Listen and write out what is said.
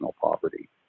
poverty